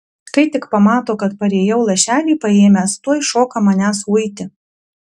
kai tik pamato kad parėjau lašelį paėmęs tuoj šoka manęs uiti